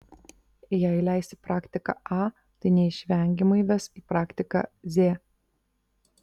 jei leisi praktiką a tai neišvengiamai ves į praktiką z